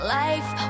life